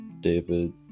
David